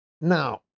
now